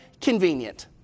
convenient